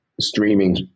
streaming